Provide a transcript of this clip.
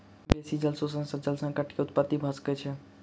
बेसी जल शोषण सॅ जल संकट के उत्पत्ति भ सकै छै